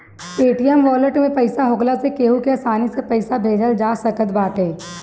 Paytm wallet में पईसा होखला से केहू के आसानी से पईसा भेजल जा सकत बाटे